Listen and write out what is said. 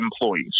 employees